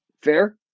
Fair